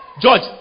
George